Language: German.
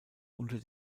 unter